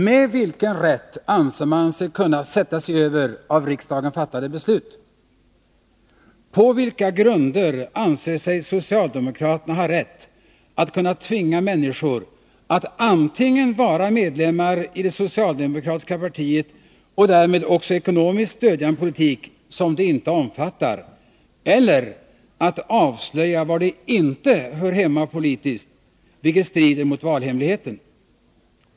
Med vilken rätt anser man sig kunna sätta sig över av riksdagen fattade beslut? På vilka grunder anser sig socialdemokraterna ha rätt att kunna tvinga människor att antingen vara medlemmar i det socialdemokratiska partiet, och därmed också ekonomiskt stödja en politik som de inte omfattar, eller att avslöja var de inte hör hemma politiskt, vilket strider mot valhemligheten?